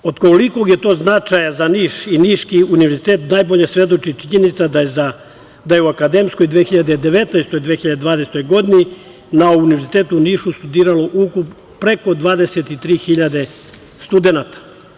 Od kolikog je to značaja za Niš i niški Univerzitet, najbolje svedoči činjenica da je u akademskoj 2019. – 2020. godini, na Univerzitetu u Nišu studiralo ukupno preko 23 hiljade studenata.